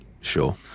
Sure